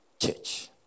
church